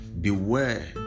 beware